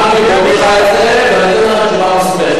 אני מוכן לבדוק לך את זה ואני אתן לך תשובה מוסמכת.